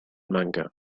manga